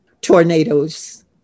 tornadoes